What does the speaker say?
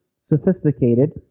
sophisticated